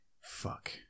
Fuck